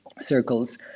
circles